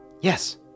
Yes